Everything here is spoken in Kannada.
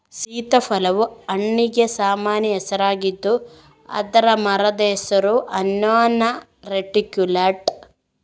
ಸೀತಾಫಲವು ಹಣ್ಣಿಗೆ ಸಾಮಾನ್ಯ ಹೆಸರಾಗಿದ್ದು ಅದರ ಮರದ ಹೆಸರು ಅನ್ನೊನಾ ರೆಟಿಕ್ಯುಲಾಟಾ